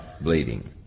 Bleeding